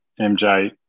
MJ